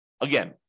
Again